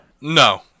No